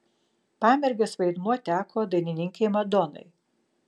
pamergės vaidmuo teko dainininkei madonai